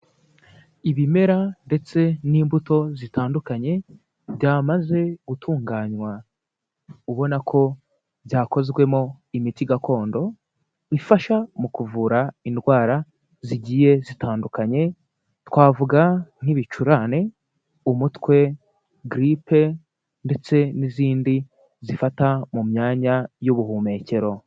Ibimera ndetse n'imbuto zitandukanye byamaze gutunganywa ubona ko byakozwemo imiti gakondo, ifasha mu kuvura indwara zigiye zitandukanye, twavuga nk'ibicurane, umutwe, giripe ndetse n'izindi zifata mu myanya y'ubuhumekero.